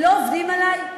הם לא עובדים עלי,